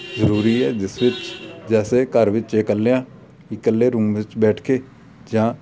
ਜ਼ਰੂਰੀ ਹੈ ਜਿਸ ਵਿੱਚ ਜੈਸੇ ਘਰ ਵਿੱਚ ਇਕੱਲਿਆਂ ਇਕੱਲੇ ਰੂਮ ਵਿੱਚ ਬੈਠ ਕੇ ਜਾਂ